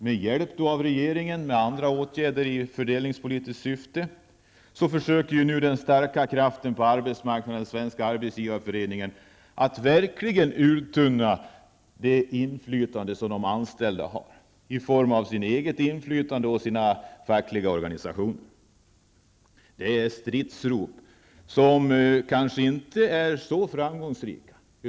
Med hjälp av regeringen -- med andra åtgärder i fördelningspolitiskt syfte -- försöker nu den starka kraften på arbetsmarknaden, Svenska arbetsgivareföreningen, att verkligen uttunna det inflytande som de anställda har i form av sitt eget inflytande och sina fackliga organisationer. Det är stridsrop som kanske inte är så framgångsrika.